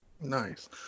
Nice